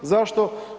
Zašto?